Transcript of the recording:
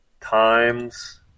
times